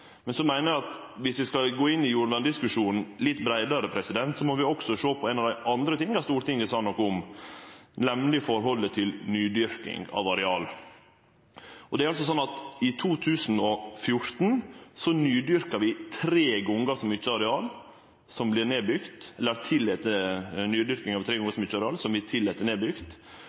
Så meiner eg at dersom vi skal gå inn i jordverndiskusjonen litt breiare, må vi også sjå på ein av dei andre tinga Stortinget sa noko om, nemleg forholdet til nydyrking av areal. I 2014 tillét vi nydyrking av tre gongar så mykje areal som vi tillét nedbygt. Det viser at det er ein enorm iver etter å nydyrke areal, fordi det er mange bønder som